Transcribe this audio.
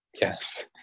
Yes